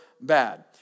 bad